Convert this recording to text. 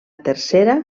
tercera